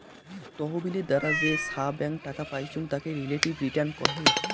তহবিলের দ্বারা যে ছাব্যাং টাকা পাইচুঙ তাকে রিলেটিভ রিটার্ন কহে